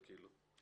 מכיוון